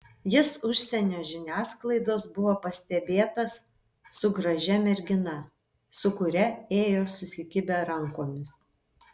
jis užsienio žiniasklaidos buvo pastebėtas su gražia mergina su kuria ėjo susikibę rankomis